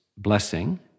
blessing